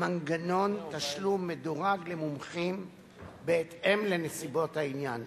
מנגנון תשלום מדורג למומחים בהתאם לנסיבות העניין.